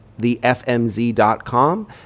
thefmz.com